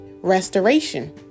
restoration